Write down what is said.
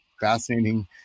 fascinating